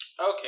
Okay